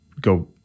go